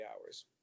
hours